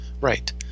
right